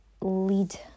lead